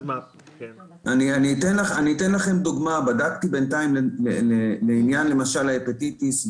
אני אתן לכם דוגמה: בדקתי בינתיים לעניין ההפטיטיס.